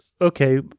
okay